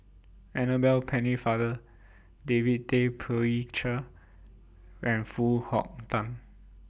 Annabel Pennefather David Tay Poey Cher and Foo Hong Tatt